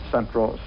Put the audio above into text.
Central